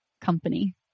company